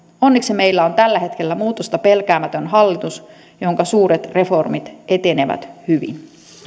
onneksi meillä on tällä hetkellä muutosta pelkäämätön hallitus jonka suuret reformit etenevät hyvin